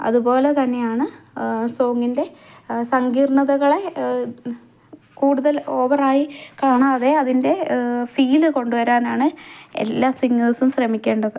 അത്പോലെ തന്നെയാണ് സോങ്ങിന്റെ സങ്കീർണതകളെ കൂടുതൽ ഓവറായി കാണാതെ അതിന്റെ ഫീല് കൊണ്ടുവരാനാണ് എല്ലാ സിങ്ങേഴ്സും ശ്രമിക്കേണ്ടത്